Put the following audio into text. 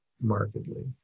markedly